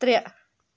ترٛےٚ